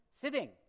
sitting